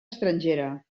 estrangera